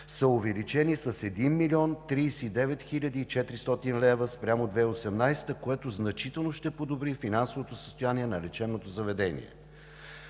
са увеличени с 1 млн. 39 хил. 400 лв. спрямо 2018 г., което значително ще подобри финансовото състояние на лечебното заведение.